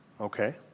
Okay